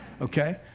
okay